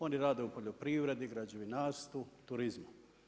Oni rade u poljoprivredi, građevinarstvu, turizmu.